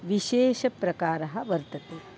विशेषप्रकारः वर्तते